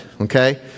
Okay